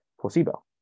Placebo